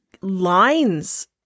lines